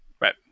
Right